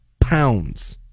pounds